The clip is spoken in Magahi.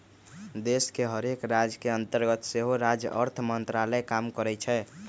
देश के हरेक राज के अंतर्गत सेहो राज्य अर्थ मंत्रालय काम करइ छै